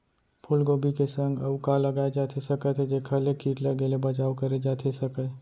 फूलगोभी के संग अऊ का लगाए जाथे सकत हे जेखर ले किट लगे ले बचाव करे जाथे सकय?